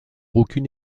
aucune